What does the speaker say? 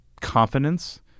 confidence